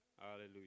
Hallelujah